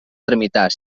tramitar